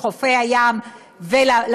לחופי הים ולפארקים?